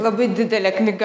labai didelė knyga